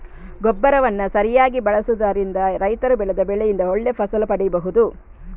ಗೊಬ್ಬರವನ್ನ ಸರಿಯಾಗಿ ಬಳಸುದರಿಂದ ರೈತರು ಬೆಳೆದ ಬೆಳೆಯಿಂದ ಒಳ್ಳೆ ಫಸಲು ಪಡೀಬಹುದು